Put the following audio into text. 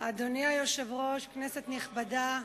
אדוני היושב-ראש, כנסת נכבדה,